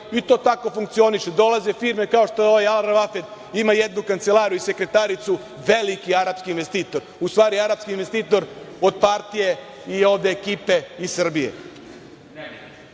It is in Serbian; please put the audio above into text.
I to tako funkcioniše. Dolaze firme kao što je ovaj Al Rawafed, ima jednu kancelariju i sekretaricu, veliki arapski investitor. U stvari, arapski investitor od partije i ovde ekipe iz Srbije. Evo